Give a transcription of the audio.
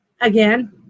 again